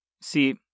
see